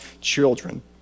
children